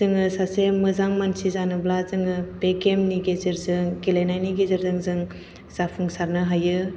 जोङो सासे मोजां मानसि जानोब्ला जोङो बे गेम नि गेजेरजों गेलेनायनि गेजेरजों जों जाफुंसारनो हायो